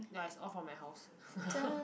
ya it's all from my house